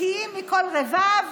נקיים מכל רבב,